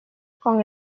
con